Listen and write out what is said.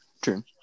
True